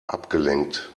abgelenkt